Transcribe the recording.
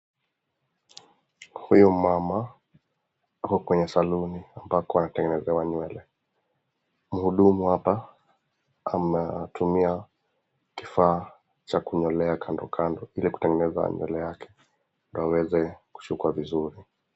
Huyu mama ako kwenye saluni ambako anatengenezewa nywele. Mhudumu hapa anatumia kifaa cha kunyolea kandokando ili kutengeneza nywele yake ndio aweze kushukwa vizuri.